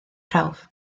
prawf